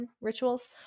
rituals